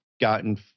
gotten